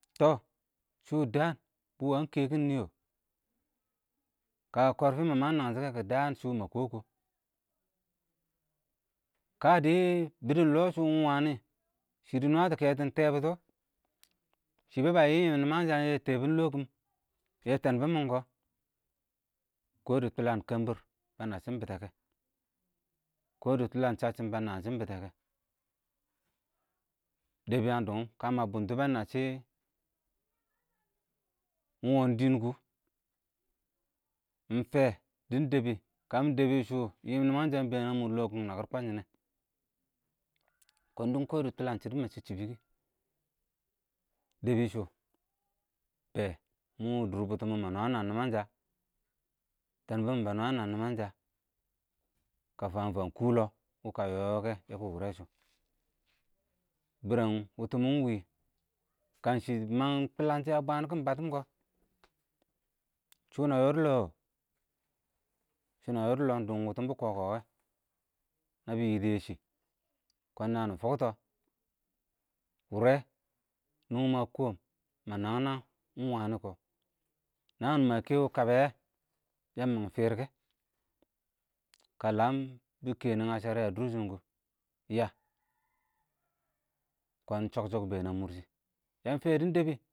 tɔh shʊ dəən bɪ ɪng wənɪ kɛkɪn nɪ kɔ, kə kɔrfɪ mə məng nəngshɪ wʊ kɔ dəən shʊ mə kɔɔ-kɔɔ, kəə dɪ bɪdʊn ɪng lɔɔ shɔ ɪng wənɪ shɪ dɪ nətɔ kɛtɪn tɛɛ bʊtɔ, shɪ bɛ yɪ yɪɪm nɪmənshə yɛ tɛbɪn lɔɔ kɪm, shɛ tən bɪn ɪng kɔ, kɔ dɪb yəng dʊb kə mə bʊttʊ bə nə shɪ ɪng wɔn dɪɪn kɔ, mɪ fɛ dɪn dəbɪ, kəmɪ dəbɪ shʊ, yɪm nɪməngsha ɪn bɛɛn ə mʊr lɔɔkʊm ɪng nəkɪr kwən shɪnɛ kɔn dɪn kɔɔ dɪ tʊləng shɪ dɪ mə chɪcchɪ bɪ kɪ, dəbɪ shʊ, bɛ, mɔɔ dʊr bʊtʊmɪn mə nwən-nwən nɪmənshə, tɛɛn bɪn mɪn bə nwə-nwə nɪmənshə, kə fən-fən kʊ lɔɔ, wɪ kə yɔyɔ kɛ yəbɪ wʊrɛ shʊ,bɪnɛng wʊtʊm ɪng wɪɪ-wɪɪ kəən shɪ tʊləngshɪn aꞌ bwəntɪkɪn bətɪm kɔɔ, shʊ nə yɔ dʊ lɔɔ yɔ, shɪ nə yɔ dʊ lɔɔ kɔn wʊtʊm bɪ kɔɔ kɔ wɛ, nə bɪ yɪ dɪ yɛ shɪ, kɔɔn nə nɪ fʊktɔ wʊrɛ nʊngyɪ ə kɔɔm, mə nəng-nəng, ɪng wənɪ kɔ, nəən mə kɛbɪ kə bɛ yəng mən fɪrɪ kɪ, kə ləng bɪ kɛ nyəshəre ə dʊrsɪn kɔ, yəə kɔɔn chɔk-chɔk ɪng bɛɛn ə mʊrshɪ, yəən fɛb dɪn dəbɪ.